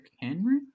Henry